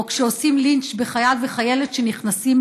או כשעושים לינץ' בחייל ובחיילת שנכנסים